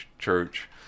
church